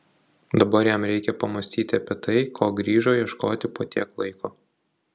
dabar jam reikia pamąstyti apie tai ko grįžo ieškoti po tiek laiko